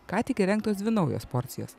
ką tik įrengtos dvi naujos porcijos